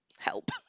help